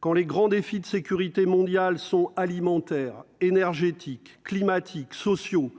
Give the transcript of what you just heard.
quand les grands défis de sécurité mondiale sont alimentaire, énergétique, climatique sociaux